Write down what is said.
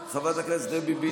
אמרנו את דברנו,